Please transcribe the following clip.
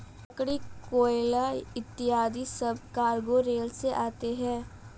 लकड़ी, कोयला इत्यादि सब कार्गो रेल से आते हैं